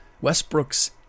Westbrook's